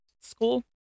school